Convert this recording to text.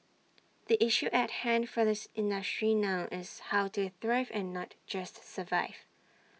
the issue at hand for the industry now is how to thrive and not just survive